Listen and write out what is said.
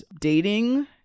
dating